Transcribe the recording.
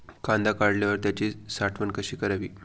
कांदा काढल्यावर त्याची साठवण कशी करावी?